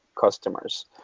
customers